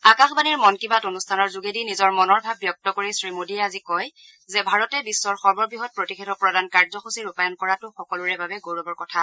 আকাশবাণীৰ মন কী বাত অনুষ্ঠানৰ যোগেদি নিজৰ মনৰ ভাব ব্যক্ত কৰি শ্ৰীমোডীয়ে আজি কয় যে ভাৰতে বিশ্বৰ সৰ্ববৃহৎ প্ৰতিষেধক প্ৰদান কাৰ্যসূচী ৰূপায়ণ কৰাটো সকলোৰে বাবে গৌৰৱৰ কথা